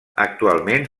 actualment